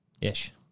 Ish